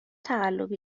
تقلبی